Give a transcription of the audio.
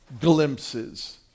glimpses